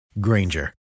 Granger